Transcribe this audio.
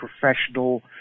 professional